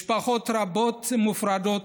משפחות רבות מופרדות,